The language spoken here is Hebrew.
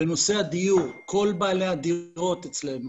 בנושא הדיור, כל בעלי הדירות אצלנו